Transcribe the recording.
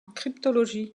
cryptologie